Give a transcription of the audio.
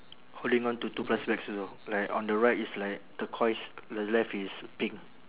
holding on to two plastic bags also like on the right it's like turquoise the left is pink